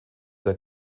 der